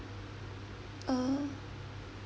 uh